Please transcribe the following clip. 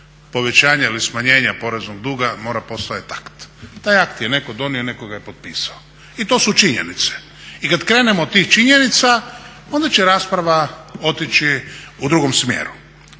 povećanja ili smanjenja poreznog duga mora postojati akt. Taj akt je netko donio, netko ga je potpisao i to su činjenice. I kad krenemo od tih činjenica onda će rasprava otići u drugom smjeru.